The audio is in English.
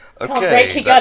Okay